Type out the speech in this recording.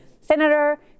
Senator